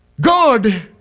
God